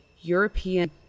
European